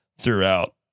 throughout